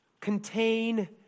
contain